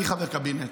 אני חבר קבינט,